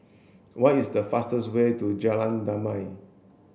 what is the fastest way to Jalan Damai